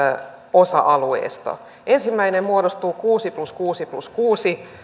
osa alueesta ensimmäinen muodostuu kuusi plus kuusi plus kuusi